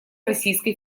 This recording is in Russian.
российской